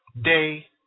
day